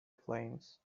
flames